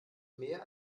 mehr